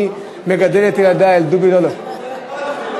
אני מגדל את ילדי על "דובי לאלא" זה לימודי ליבה,